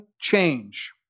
change